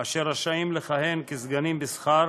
אשר רשאים לכהן כסגנים בשכר